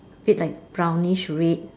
bit like brownish red